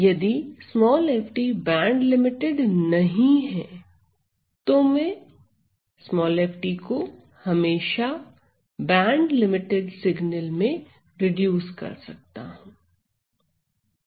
यदि f band limited नहीं है तो मैं f को हमेशा बैंडलिमिटेड सिगनल में रिड्यूस कर सकता हूं